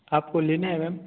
आपको लेना है मैम